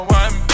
one